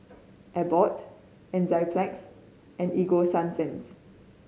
Abbott Enzyplex and Ego Sunsense